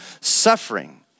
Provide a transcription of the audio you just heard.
suffering